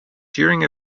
during